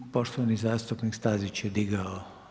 Poštovani zastupnik Stazić je digao.